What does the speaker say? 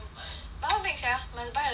but how to make sia must put the paste right